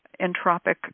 entropic